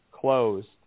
closed